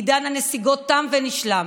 עידן הנסיגות תם ונשלם.